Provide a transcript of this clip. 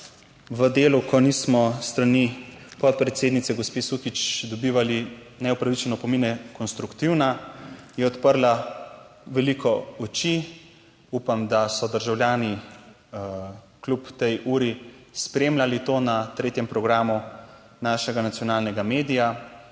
v delu, ko nismo s strani podpredsednice gospe Sukič dobivali neupravičene opomine, konstruktivna, je odprla veliko oči. Upam, da so državljani kljub tej uri spremljali to na tretjem programu našega nacionalnega medija